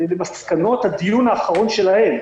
למסקנות הדיון האחרון שלהם,